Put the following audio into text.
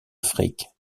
afrique